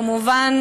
כמובן,